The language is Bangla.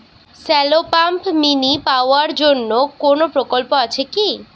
শ্যালো পাম্প মিনি পাওয়ার জন্য কোনো প্রকল্প আছে কি?